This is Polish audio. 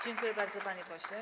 Dziękuję bardzo, panie pośle.